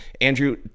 Andrew